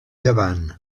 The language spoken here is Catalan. llevant